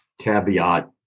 caveat